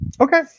Okay